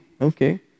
Okay